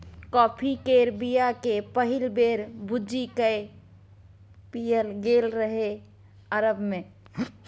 coffee केर बीया केँ पहिल बेर भुजि कए पीएल गेल रहय अरब मे